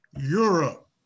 Europe